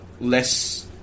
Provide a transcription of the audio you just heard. less